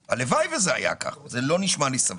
הלוואי שזה היה כך, אבל זה לא נשמע לי סביר.